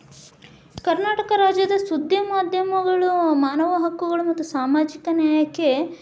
ಕರ್ನಾಟಕ ರಾಜ್ಯದ ಸುದ್ದಿ ಮಾಧ್ಯಮಗಳು ಮಾನವ ಹಕ್ಕುಗಳು ಮತ್ತು ಸಾಮಾಜಿಕ ನ್ಯಾಯಕ್ಕೆ